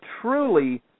truly